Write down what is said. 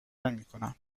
نمیکنم